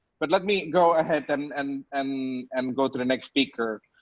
but let me go ahead and and um and go to the next speaker,